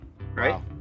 right